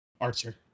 Archer